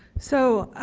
so,